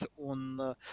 on